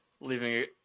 leaving